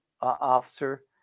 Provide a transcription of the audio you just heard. officer